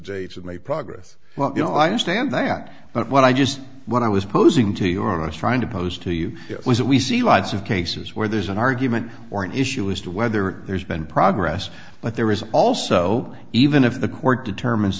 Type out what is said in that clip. of may progress well you know i understand that but what i just what i was posing to your most trying to pose to you was that we see lots of cases where there's an argument or an issue as to whether there's been progress but there is also even if the court determines